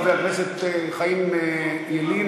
חבר הכנסת חיים ילין,